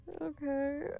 Okay